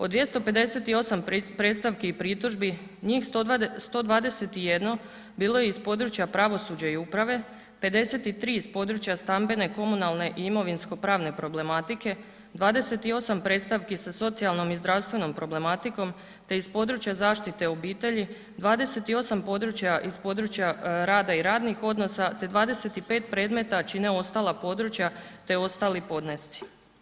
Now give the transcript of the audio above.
Od 258 predstavki i pritužbi njih 121 bilo je iz područja pravosuđa i uprave, 53 iz područja stambene, komunalne i imovinsko-pravne problematike, 28 predstavki sa socijalnom i zdravstvenom problematikom te iz područja zaštite obitelji, 28 područja iz područja rada i radnih odnosa te 25 predmeta čine ostala područja te ostali podnesci.